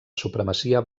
supremacia